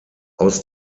aus